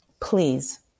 please